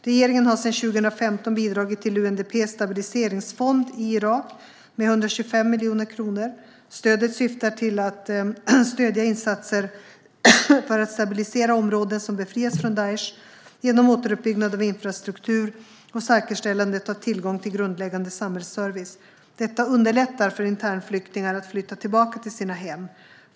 Regeringen har sedan 2015 bidragit till UNDP:s stabiliseringsfond i Irak med 125 miljoner kronor. Stödet syftar till att stödja insatser för att stabilisera områden som befrias från Daish genom återuppbyggnad av infrastruktur och säkerställandet av tillgång till grundläggande samhällsservice. Detta underlättar för internflyktingar att flytta tillbaka till sina hem.